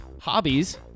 hobbies